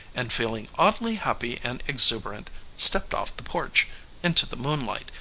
and feeling oddly happy and exuberant stepped off the porch into the moonlight,